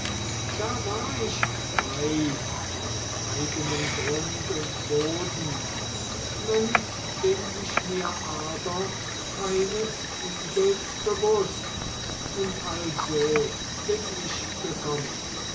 da war ich frei auf eigenem grund und boden nun bin ich mir aber keines übels bewußt und also bin ich gekommen